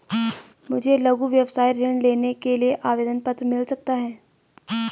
मुझे लघु व्यवसाय ऋण लेने के लिए आवेदन पत्र मिल सकता है?